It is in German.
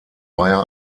bayer